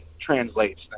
translates